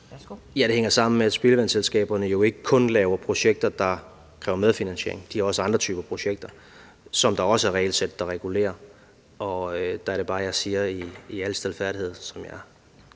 Ja, det hænger sammen med, at spildevandsselskaberne jo ikke kun laver projekter, der kræver medfinansiering – de har også andre typer projekter, som der også er regelsæt der regulerer. Og der er det bare, jeg siger i al stilfærdighed, at jeg vil